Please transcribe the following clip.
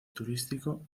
turístico